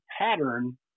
pattern